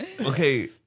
Okay